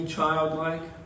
Childlike